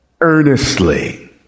earnestly